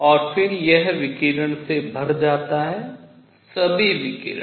और फिर यह विकिरण से भर जाता है सभी विकिरण